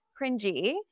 cringy